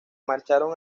marcharon